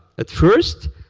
at first,